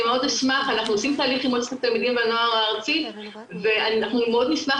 אנחנו עושים תהליך עם מועצת התלמידים והנוער הארצית ואנחנו מאוד נשמח